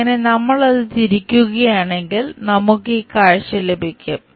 അങ്ങനെ നമ്മൾ അത് തിരിക്കുകയാണെങ്കിൽ നമുക്ക് ഈ കാഴ്ച ലഭിക്കും